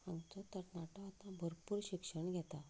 आमचो तरणाटो आतां भरपूर शिक्षण घेता